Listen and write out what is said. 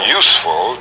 useful